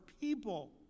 people